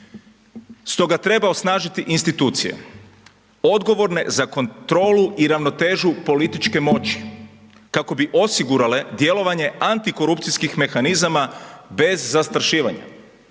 Stoga treba osnažiti institucije odgovorne za kontrolu i ravnotežu političke moći kako bi osigurale djelovanje antikorupcijskih mehanizama bez zastrašivanja,